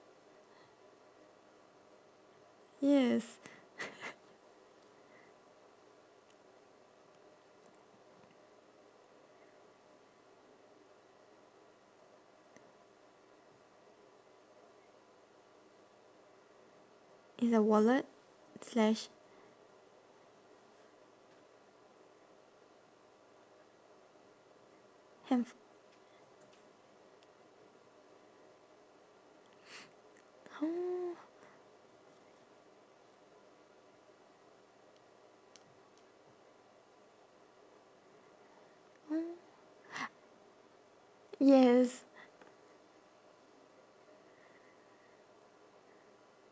yes it's a wallet slash handph~ yes